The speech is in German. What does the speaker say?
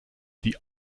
die